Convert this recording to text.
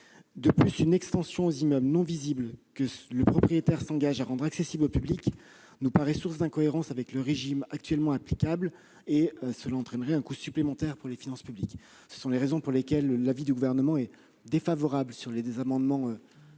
De plus, une extension aux immeubles non visibles, que le propriétaire s'engage à rendre accessibles au public, nous paraît source d'incohérence avec le régime actuellement applicable et entraînerait un coût supplémentaire pour les finances publiques. Telles sont les raisons pour lesquelles le Gouvernement est défavorable à ces deux amendements. Je mets